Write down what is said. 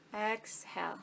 exhale